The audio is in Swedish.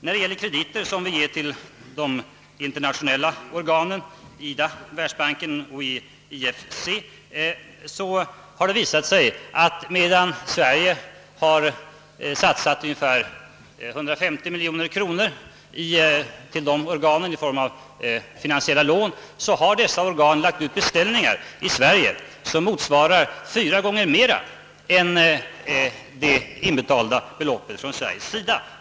När det gäller krediter som vi ger till de internationella organen — IDA, Världsbanken och IFC — har det visat sig, att medan Sverige satsat ungefär 150 miljoner kronor till dessa organ i form av finansiella lån, så har organen lagt ut beställningar i Sverige som mot svarar ett belopp fyra gånger större än det Sverige inbetalt.